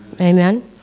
Amen